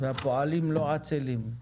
והפועלים לא עצלים.